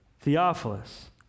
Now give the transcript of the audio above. Theophilus